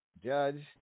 Judge